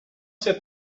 sit